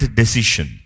decision